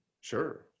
Sure